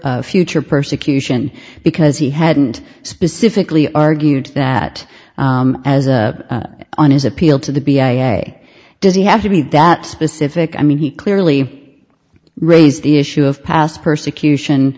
future persecution because he hadn't specifically argued that as on his appeal to the b a a does he have to be that specific i mean he clearly raised the issue of past persecution